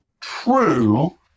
true